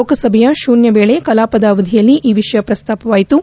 ಲೋಕಸಭೆಯ ಶೂನ್ಯವೇಳೆ ಕಲಾಪದ ಅವಧಿಯಲ್ಲಿ ಈ ವಿಷಯ ಪ್ರಸ್ತಾಪವಾಯಿತು